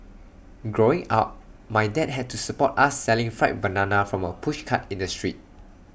growing up my dad had to support us selling fried bananas from A pushcart in the street